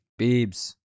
Biebs